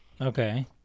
Okay